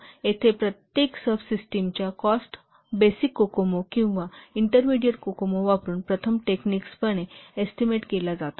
येथे प्रत्येक सबसिस्टिमच्या कॉस्ट बेसिक कोकोमो किंवा इंटरमीडिएट कोकोमो वापरुन प्रथम टेकनिक्स एस्टीमेट केला जातो